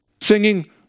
singing